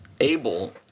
able